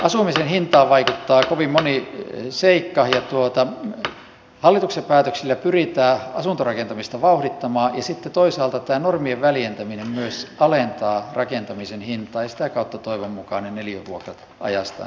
asumisen hintaan vaikuttaa kovin moni seikka ja hallituksen päätöksillä pyritään asuntorakentamista vauhdittamaan ja sitten toisaalta tämä normien väljentäminen myös alentaa rakentamisen hintaa ja sitä kautta toivon mukaan ne neliövuokrat ajastaan ovat sitten siedettäviä